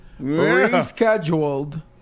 rescheduled